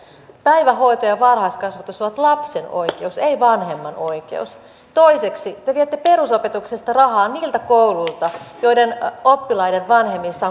päivähoito ja varhaiskasvatus ovat lapsen oikeus ei vanhemman oikeus toiseksi te viette perusopetuksesta rahaa niiltä kouluilta joiden oppilaiden vanhemmissa